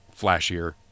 flashier